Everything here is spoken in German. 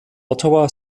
ottawa